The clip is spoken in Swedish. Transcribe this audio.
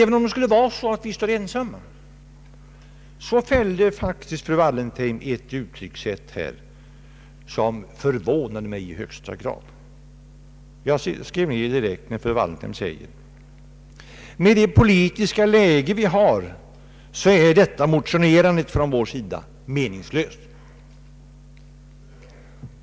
Även om vi är ensamma om vår inställning så använde fru Wallentheim ett uttryck i sitt senaste anförande som i högsta grad förvånade mig. Hon sade, att med det politiska läge vi har är detta motionerande från vår sida meningsilöst.